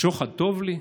שוחד טוב לי?